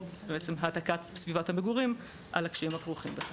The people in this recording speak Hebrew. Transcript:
או העתקת סביבת המגורים על הקשיים הכרוכים בכך.